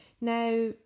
Now